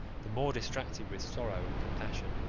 the more distracted with sorrow and compassion,